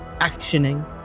actioning